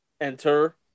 Enter